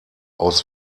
aus